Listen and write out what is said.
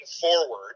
forward